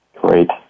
Great